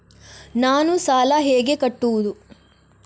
ನಾನು ಸಾಲ ಹೇಗೆ ಕಟ್ಟುವುದು?